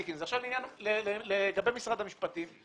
לגבי משרד המשפטים.